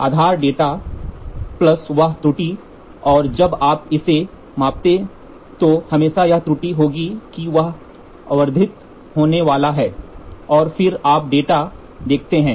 आधार data plus वह त्रुटि और जब आप इसे मापेंगे तो हमेशा यह त्रुटि होगी कि यह आवर्धित होने वाला है और फिर आप डेटा देखते हैं